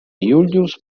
julius